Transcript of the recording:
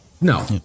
No